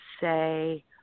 say